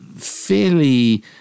fairly